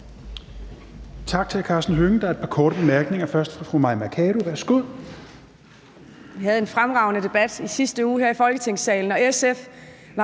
Tak til hr. Karsten Hønge. Der er et par korte bemærkninger, først fra fru Mai Mercado. Værsgo.